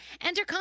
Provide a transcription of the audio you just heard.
enter